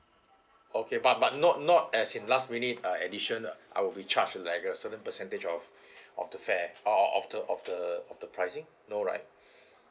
okay but but not not as in last minute uh addition I will be charged like a certain percentage of of the fare of of of the of the pricing no right